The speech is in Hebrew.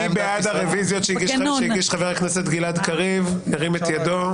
מי בעד הרוויזיות שהגיש חבר הכנסת גלעד קריב ירים את ידו?